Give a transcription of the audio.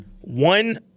One